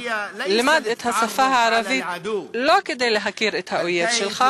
למד את השפה הערבית לא כדי להכיר את האויב שלך,